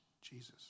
Jesus